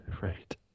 right